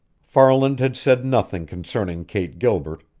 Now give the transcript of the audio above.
farland had said nothing concerning kate gilbert,